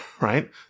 right